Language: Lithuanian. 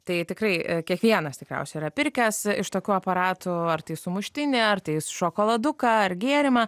tai tikrai kiekvienas tikriausiai yra pirkęs iš tokių aparatų ar tai sumuštinį ar tais šokoladuką ar gėrimą